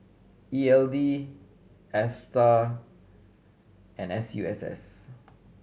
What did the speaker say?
E L D Astar and S U S S